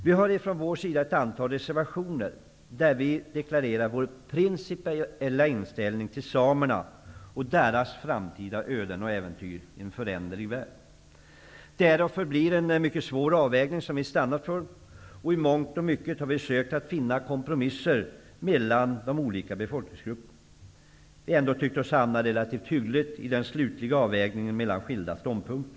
Vi har från vår sida ett antal reservationer, där vi deklarerar vår principiella inställning till samerna och deras framtida öden och äventyr i en föränderlig värld. Det är och förblir en mycket svår avvägning som vi stannat för, och i mångt och mycket har vi sökt att finna kompromisser mellan de olika befolkningsgrupperna. Vi har ändå tyckt oss hamna relativt hyggligt i den slutliga avvägningen mellan skilda ståndpunkter.